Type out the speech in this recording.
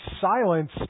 silence